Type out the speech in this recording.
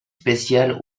spéciales